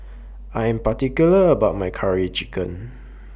I Am particular about My Curry Chicken